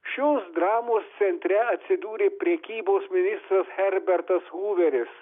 šios dramos centre atsidūrė prekybos ministras herbertas huveris